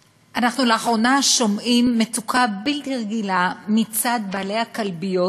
לאחרונה אנחנו שומעים על מצוקה בלתי רגילה מצד בעלי הכלביות,